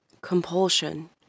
compulsion